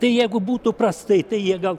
tai jeigu būtų prastai tai jie gal